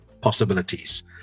possibilities